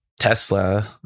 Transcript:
Tesla